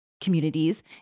communities